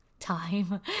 time